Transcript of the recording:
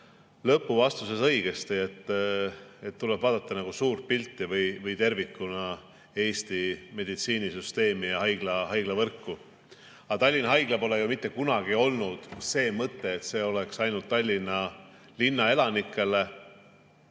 lõpuvastuses õigesti, et tuleb vaadata suurt pilti või tervikuna Eesti meditsiinisüsteemi ja haiglavõrku. Aga Tallinna Haigla puhul pole mitte kunagi olnud see mõte, et see oleks ainult Tallinna linna elanikele.